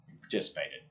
participated